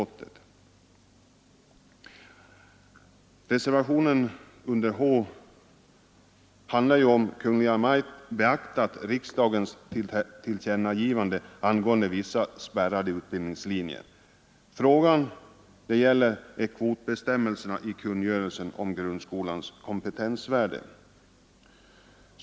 I reservationen H behandlas frågan huruvida Kungl. Maj:t beaktat riksdagens tillkännagivande angående vissa spärrade utbildningslinjer och kvotbestämmelserna i kungörelsen om grundskolans kompetensvärde.